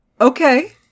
Okay